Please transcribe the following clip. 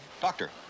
doctor